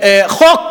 חוק,